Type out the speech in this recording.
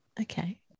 Okay